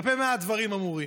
במה הדברים אמורים?